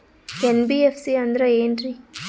NBFC ಅಂದ್ರ ಏನ್ರೀ?